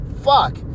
fuck